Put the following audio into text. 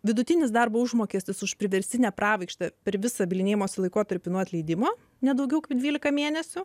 vidutinis darbo užmokestis už priverstinę pravaikštą per visą bylinėjimosi laikotarpį nuo atleidimo ne daugiau kaip dvylika mėnesių